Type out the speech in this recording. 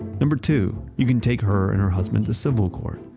number two, you can take her and her husband to civil court,